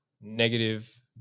negative